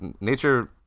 nature